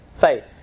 Faith